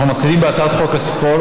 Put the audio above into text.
זורקים את האוכל הזה לפח,